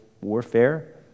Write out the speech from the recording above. warfare